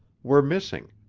were missing.